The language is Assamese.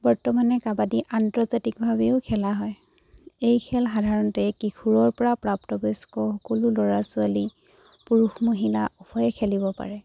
বৰ্তমানে কাবাডী আন্তৰ্জাতিকভাৱেও খেলা হয় এই খেল সাধাৰণতে কিশোৰৰ পৰা প্ৰাপ্তবয়স্ক সকলো ল'ৰা ছোৱালী পুৰুষ মহিলা উভয়ে খেলিব পাৰে